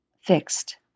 fixed